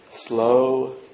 Slow